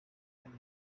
and